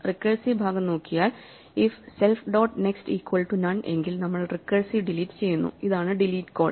recursive ഭാഗം നോക്കിയാൽ if self dot next equal to none എങ്കിൽ നമ്മൾ റിക്കേഴ്സീവ് ഡിലീറ്റ് ചെയ്യുന്നു ഇതാണ് ഡിലീറ്റ് കോൾ